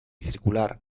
circular